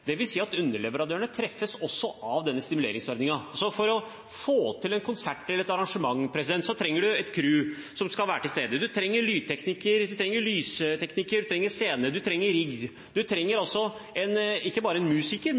at også underleverandørene treffes av denne stimuleringsordningen. Altså: For å få til en konsert eller et annet arrangement trenger man et crew til stede, man trenger lydtekniker, lystekniker, scene og rigg. Man trenger altså ikke bare en musiker,